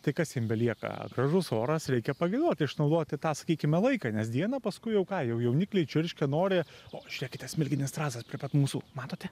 tai kas jiem belieka gražus oras reikia pagiedoti išnaudoti tą sakykime laiką nes dieną paskui jau ką jau jaunikliai čirškia nori o žiūrėkite smilginis strazdas prie pat mūsų matote